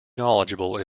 knowledgeable